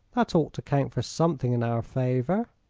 that ought to count for something in our favor.